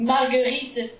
Marguerite